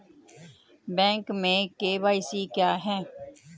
Bank में KYC क्या है?